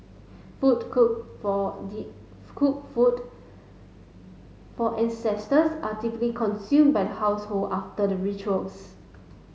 food cook for cook food for ancestors are typically consumed by the household after the rituals